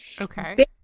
Okay